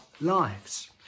lives